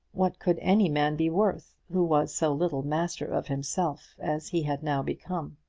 what could any man be worth who was so little master of himself as he had now become?